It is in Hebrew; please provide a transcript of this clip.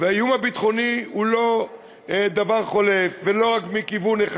והאיום הביטחוני הוא לא דבר חולף ולא דבר אחד,